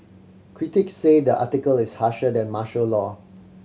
critics say the article is harsher than martial law